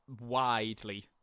widely